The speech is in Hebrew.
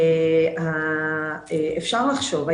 אפשר לחשוב,